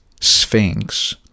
Sphinx